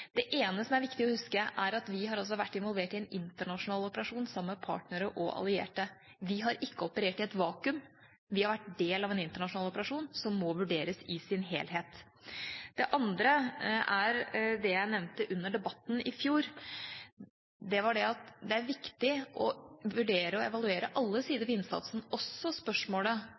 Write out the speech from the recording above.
Det ene som er viktig å huske, er at vi har også vært involvert i en internasjonal operasjon sammen med partnere og allierte. Vi har ikke operert i et vakuum, vi har vært del av en internasjonal operasjon som må vurderes i sin helhet. Det andre er det jeg nevnte under debatten i fjor, nemlig at det er viktig å vurdere og evaluere alle sider ved innsatsen, også spørsmålet